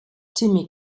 timmy